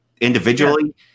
individually